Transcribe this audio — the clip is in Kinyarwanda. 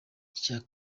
icya